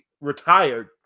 retired